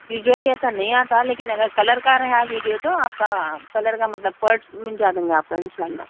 visually ایسا نہیں آتا لیکن اگر کلر کا رہا ویڈیو تو آپ کا کلر کا مطلب پرس مِل جائیں گا آپ کا اِنشاء اللہ